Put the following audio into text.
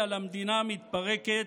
לא ייאמן כי יסופר.